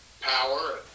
power